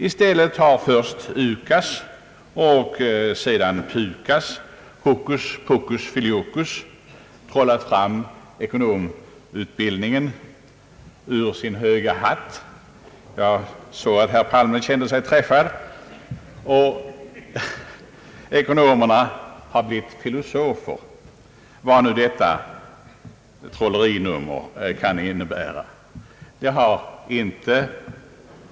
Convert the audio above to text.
I stället har först UKAS och sedan PUKAS hokus pokus filiokus trollat fram ekonomutbildningen ur sin höga hatt — jag såg att herr Palme kände sig träffad — och ekonomerna har blivit filosofer vad nu detta trollerinummer kan innebära.